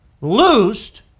loosed